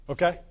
Okay